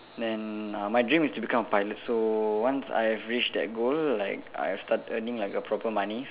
then uh my dream is to become a pilot so once I've reached that goal like I've start earning like a proper money